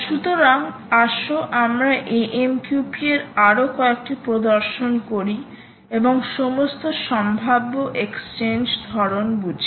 সুতরাং আসো আমরা AMQP এর আরও কয়েকটি প্রদর্শন করি এবং সমস্ত সম্ভাব্য এক্সচেঞ্জ ধরণ বুঝি